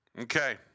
Okay